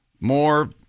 more